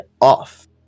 off